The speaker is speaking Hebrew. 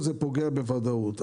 זה פוגע בוודאות,